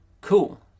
Cool